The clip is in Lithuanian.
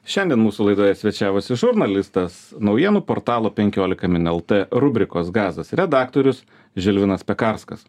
šiandien mūsų laidoje svečiavosi žurnalistas naujienų portalo penkiolika min lt rubrikos gazas redaktorius žilvinas pekarskas